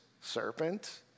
serpent